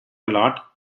lot